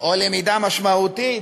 או למידה משמעותית,